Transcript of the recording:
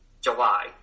July